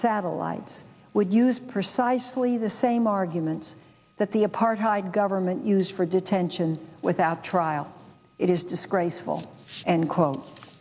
satellites would use precisely the same arguments that the apartheid government used for detention without trial it is disgraceful and